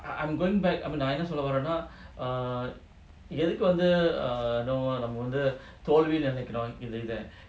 I'm going back நான்என்னசொல்லவறேனாஎதுக்குவந்துநம்மவந்துதோல்விலநிக்குறோம்:nan enna solla varena edhuku vandhu namma vandhu tholvila nikkurom